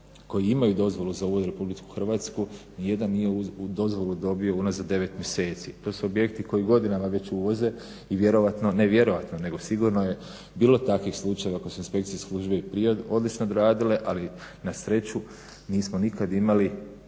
koji imaju dozvolu za uvoz u RH nijedan nije ovu dozvolu dobio unazad 9 mjeseci. To su objekti koji godinama već uvoze i vjerojatno, ne vjerojatno nego sigurno je bilo takvih slučajeva koji su inspekcijske službe prije odlično odradile, ali na sreću nismo nikad imali